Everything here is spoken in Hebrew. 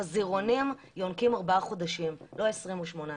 החזירונים יונקים ארבעה חודשים, לא 28 יום,